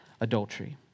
adultery